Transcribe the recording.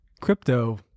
crypto